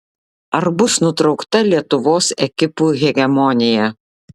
ar bus nutraukta lietuvos ekipų hegemonija